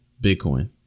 Bitcoin